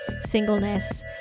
singleness